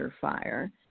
fire